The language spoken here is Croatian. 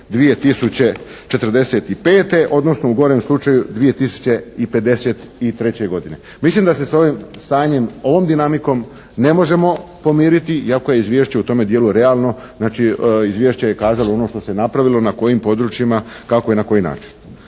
2045., odnosno u gorem slučaju 2053. godine. Mislim da se s ovim stanjem, ovom dinamikom ne možemo pomiriti iako je izvješće u tome dijelu realno, znači izvješće je kazalo ono što se napravilo, na kojim područjima, kako i na koji način.